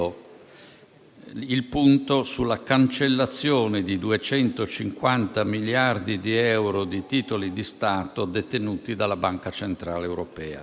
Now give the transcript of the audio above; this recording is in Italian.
il punto sulla cancellazione di 250 miliardi di euro di titoli di Stato detenuti dalla Banca centrale europea.